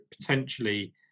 potentially